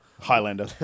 Highlander